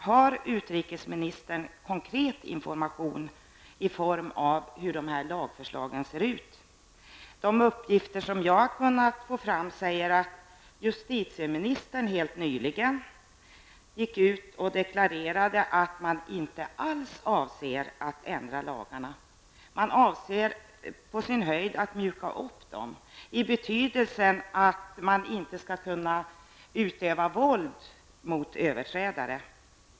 Har utrikesministern konkret information om hur de här förslagen ser ut? De uppgifter som jag har kunnat få fram säger att justitieministern helt nyligen gick ut och deklarerade att man inte alls avser att ändra lagarna. Man avser på sin höjd att mjuka upp dem, i betydelsen att våld inte skall kunna utövas mot överträdare.